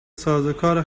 سازوکار